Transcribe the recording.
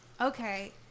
okay